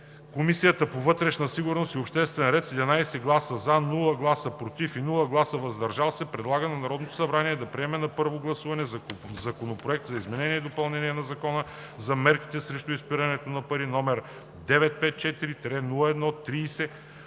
Комисията по вътрешна сигурност и обществен ред с 11 гласа „за“, без „против“ и „въздържал се“ предлага на Народното събрание да приеме на първо гласуване Законопроект за изменение и допълнение на Закона за мерките срещу изпирането на пари, № 954-01-30,